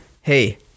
hey